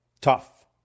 Tough